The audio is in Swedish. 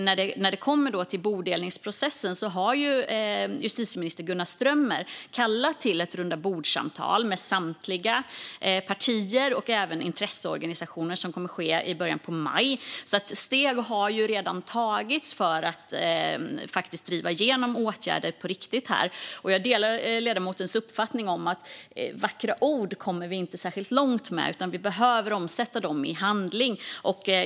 När det gäller bodelningsprocessen har justitieminister Gunnar Strömmer kallat till ett rundabordssamtal med samtliga partier och även intresseorganisationer som kommer att ske i början av maj. Steg har alltså redan tagits för att driva igenom åtgärder på riktigt här. Jag delar ledamotens uppfattning att vi inte kommer särskilt långt med vackra ord utan behöver omsätta dem i handling.